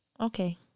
Okay